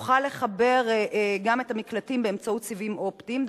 נוכל לחבר את המקלטים גם באמצעות סיבים אופטיים,